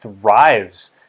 thrives